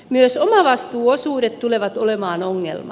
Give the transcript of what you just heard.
myös omavastuuosuudet tulevat olemaan ongelma